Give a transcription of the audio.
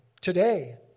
today